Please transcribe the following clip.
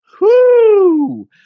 whoo